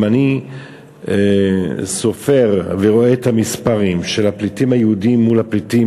אם אני סופר ורואה את המספרים של הפליטים הפלסטינים,